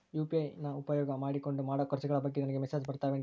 UPI ನ ಉಪಯೋಗ ಮಾಡಿಕೊಂಡು ಮಾಡೋ ಖರ್ಚುಗಳ ಬಗ್ಗೆ ನನಗೆ ಮೆಸೇಜ್ ಬರುತ್ತಾವೇನ್ರಿ?